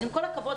אז עם כל הכבוד,